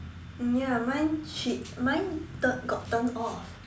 ya mine she mine tu~ got turned off